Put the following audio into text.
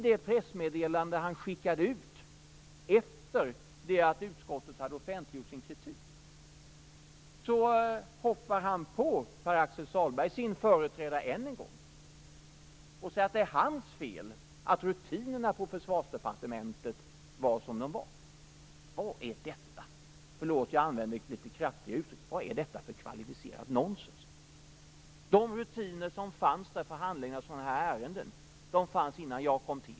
I det pressmeddelande han skickade ut efter det att utskottet hade offentliggjort sin kritik hoppar han på sin företrädare än en gång, Pär-Axel Sahlberg, och säger att det är hans fel att rutinerna på Försvarsdepartementet var som de var. Vad är detta för kvalificerat nonsens? Förlåt att jag använder detta litet kraftiga uttryck.